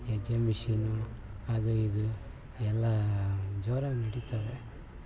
ಎಜ್ಜೆ machine ಅದು ಇದು ಎಲ್ಲ ಜೋರಾಗಿ ನಡಿತಾವೆ